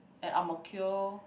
at Ang-Mo-Kio